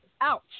Ouch